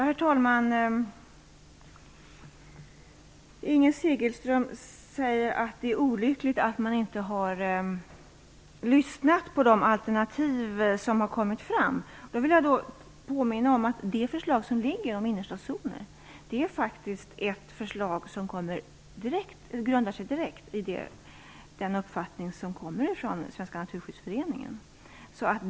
Herr talman! Inger Segelström säger att det är olyckligt att man inte har beaktat de alternativ som har kommit fram. Jag vill då påminna om att det liggande förslaget om innerstadszoner är ett förslag som grundar sig på en uppfattning från Svenska naturskyddsföreningen.